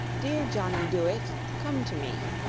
dear johnny dooit, come to me.